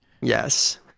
yes